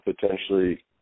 potentially